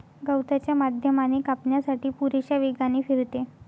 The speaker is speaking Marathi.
गवताच्या माध्यमाने कापण्यासाठी पुरेशा वेगाने फिरते